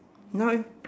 now eh